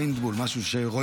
פּיינטבּוֹל?